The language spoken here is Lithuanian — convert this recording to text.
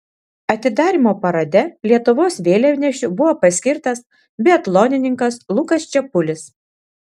atidarymo parade lietuvos vėliavnešiu buvo paskirtas biatlonininkas lukas čepulis